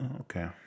Okay